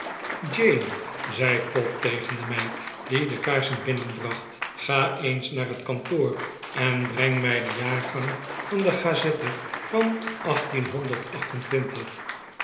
jane zei pott tegen de meid die de kaarsen binnenbracht ga eens naar het kantoor en breng mij den jaargang van de gazette van